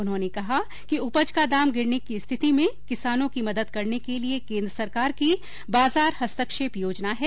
उन्होंने कहा कि उपज का दाम गिरने की स्थिति में किसानों की मदद करने के लिए केंद्र सरकार की बाजार हस्तक्षेप योजना है